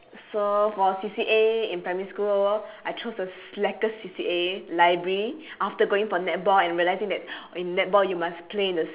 so for C_C_A in primary school I chose the slackest C_C_A library after going for netball and realising that in netball you must play in the